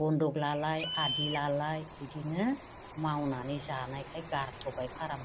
बनदक लालाय आदि लालाय बिदिनो मावनानै जानायखाय गारथ'बाय फारामखौ